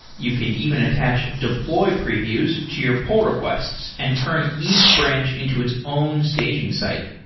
you can even attach deploy previews to your poll requests and turn each branch into its own staging site.